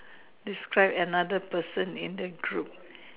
describe another person in the group